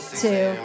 two